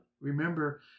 Remember